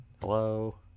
hello